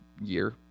Year